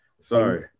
Sorry